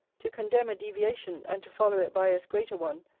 to condemn a deviation, and to follow it by as great a one,